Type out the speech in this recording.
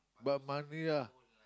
but money ah